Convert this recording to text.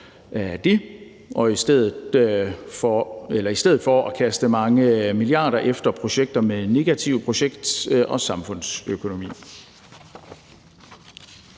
i stedet for at kaste mange milliarder kroner efter projekter med negativ projekt- og samfundsøkonomi.